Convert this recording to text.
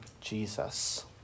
Jesus